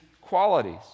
qualities